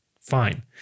fine